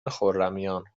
خرمیان